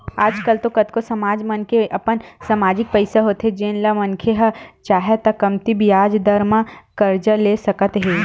आज कल तो कतको समाज मन के अपन समाजिक पइसा होथे जेन ल मनखे ह चाहय त कमती बियाज दर म करजा ले सकत हे